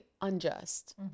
unjust